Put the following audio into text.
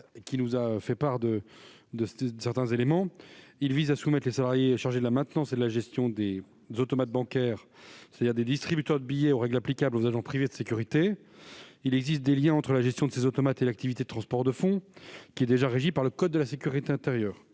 des prestataires d'automates bancaires. Il s'agit de soumettre les salariés chargés de la maintenance et de la gestion des automates bancaires- en d'autres termes les distributeurs de billets -aux règles applicables aux agents privés de sécurité. Il existe des liens entre la gestion de ces automates et l'activité de transport de fonds, qui est déjà régie par le code de la sécurité intérieure.